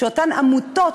שאותן עמותות,